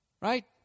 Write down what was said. Right